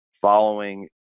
following